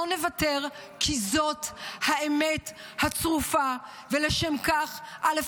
לא נוותר, כי זאת האמת הצרופה, ולשם כך, א.